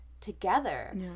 together